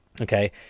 Okay